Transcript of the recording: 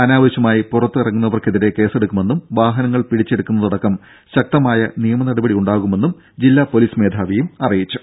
അനാവശ്യമായി പുറത്തിറങ്ങുന്നവർക്കെതിരെ കേസെടുക്കു മെന്നും വാഹനങ്ങൾ പിടിച്ചെടുക്കുന്നതടക്കം ശക്തമായ നിയമ നടപടിയെടുക്കുമെന്നും ജില്ലാ പൊലീസ് മേധാവി അറിയിച്ചു